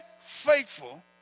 faithful